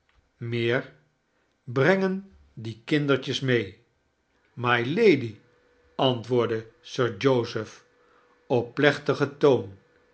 meer brengen die kindertjes mee mylady antwoordde sir joseph op plecmigeo toon